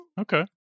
Okay